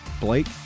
Blake